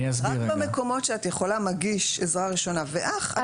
רק במקומות שאת יכולה מגיש עזרה ראשונה ואח,